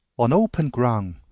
on open ground,